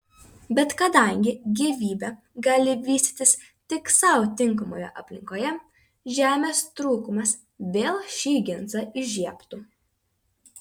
bet kadangi gyvybė gali vystytis tik sau tinkamoje aplinkoje žemės trūkumas vėl šį ginčą įžiebtų